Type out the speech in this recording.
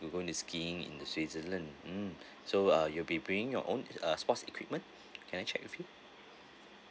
you gonna skiing in the switzerland mm so uh you'll be bringing your own uh sports equipment can I check with you